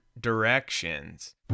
directions